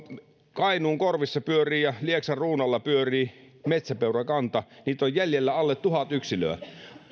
kainuun korvissa pyörii ja lieksan ruunaalla pyörii metsäpeurakanta niitä on jäljellä alle tuhat yksilöä